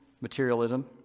materialism